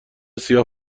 سیاه